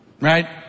Right